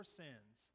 sins